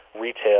retail